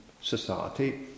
society